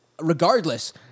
Regardless